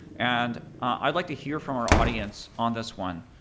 and i'd like to hear from our audience on this one.